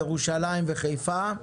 ירושלים וחיפה,